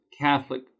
catholic